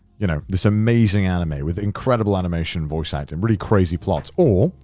you know, this amazing anime with incredible animation, voice acting, really crazy plots or,